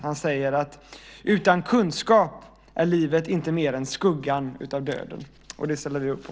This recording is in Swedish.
Han säger: Utan kunskap är livet inte mer än skuggan utav döden. Det ställer vi upp på.